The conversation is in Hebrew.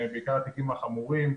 בעיקר התיקים החמורים,